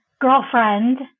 girlfriend